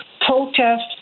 protest